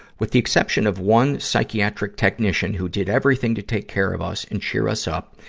with the exception of one psychiatric technician, who did everything to take care of us and cheer us up,